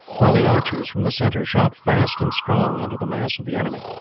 while the archers from the centre shot fast and strong into the mass of the enemy.